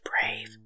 brave